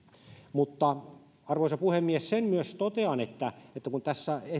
mutta arvoisa puhemies sen myös totean että kun tässä